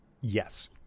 Yes